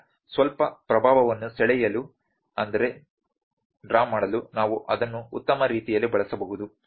ಇದರಿಂದ ಸ್ವಲ್ಪ ಪ್ರಭಾವವನ್ನು ಸೆಳೆಯಲು ನಾವು ಅದನ್ನು ಉತ್ತಮ ರೀತಿಯಲ್ಲಿ ಬಳಸಬಹುದು